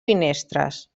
finestres